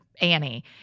Annie